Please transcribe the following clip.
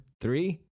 three